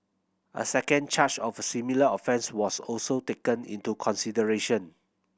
a second charge of similar offence was also taken into consideration